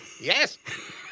Yes